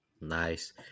Nice